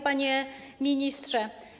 Panie Ministrze!